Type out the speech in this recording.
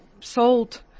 sold